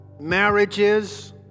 marriages